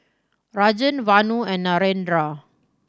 Rajan Vanu and Narendra